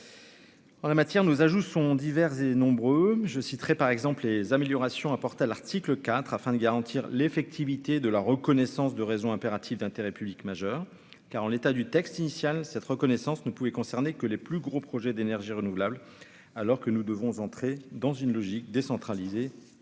en la matière nous ajouts sont divers et nombreux, je citerai par exemple les améliorations apportées à l'article 4 afin de garantir l'effectivité de la reconnaissance de raisons impératives d'intérêt public majeur, car en l'état du texte initial, cette reconnaissance ne pouvait concerner que les plus gros projets d'énergies renouvelables, alors que nous devons entrer dans une logique décentralisé